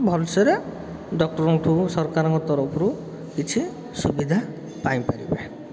ଭଲସେରେ ଡକ୍ଟର୍ଙ୍କଠୁ ସରକାରଙ୍କ ତରଫରୁ କିଛି ସୁବିଧା ପାଇପାରିବେ